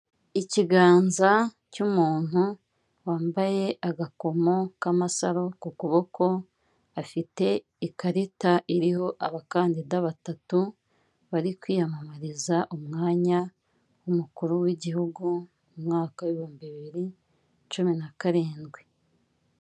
Ikiganza cy'umuntu wambaye agakomo k'amasaro ku kuboko afite ikarita iriho abakandida batatu bari kwiyamamariza umwanya w'umukuru w'Igihugu mu mwaka w'ibihumbi bibiri cumi na karindwi.